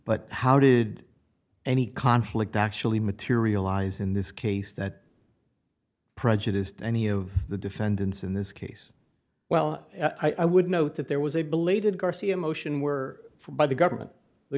but how did any conflict actually materialize in this case that prejudiced any of the defendants in this case well i would note that there was a belated garcia motion were for by the government the